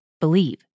Believe